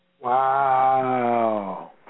Wow